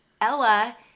Ella